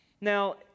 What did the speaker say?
Now